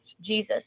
Jesus